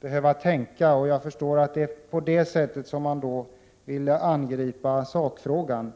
behöva tänka. Jag förstår att det är på det sättet som han vill angripa sakfrågan.